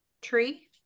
tree